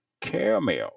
caramel